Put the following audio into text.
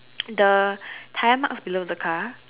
the time of below the car